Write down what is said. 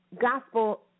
Gospel